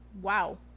wow